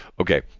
Okay